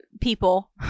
people